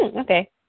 Okay